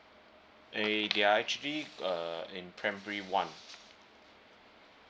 eh they are actually err in primary one